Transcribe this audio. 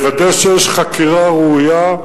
לוודא שיש חקירה ראויה,